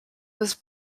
was